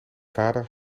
vader